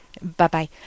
Bye-bye